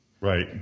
Right